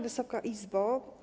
Wysoka Izbo!